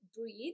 breathe